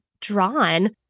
drawn